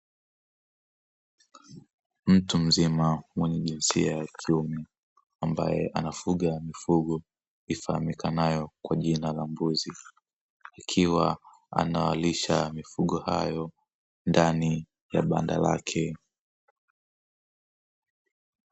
Mtu mzima mwenye jinsia ya kiume ambaye anafuga mifugo ifahamika nayo kwa jina la mbuzi akiwa anawalisha mifugo hayo ndani ya banda lake